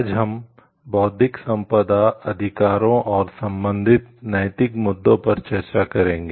आज हम बौद्धिक संपदा अधिकारों और संबंधित नैतिक मुद्दों पर चर्चा करेंगे